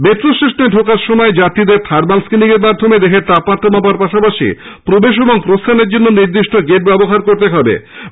metro স্টেশনে ঢোকার সময় যাত্রীদের থার্মাল স্ক্রিনিং এর মাধ্যমে দেহের তাপমাত্রা মাপার পাশাপাশি প্রবেশ ও প্রস্থানের জন্য নির্দিষ্ট গেট ব্যবহার করতে হবে বলে জানানো হয়েছে